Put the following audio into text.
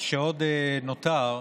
שעוד נותר,